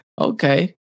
Okay